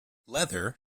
leather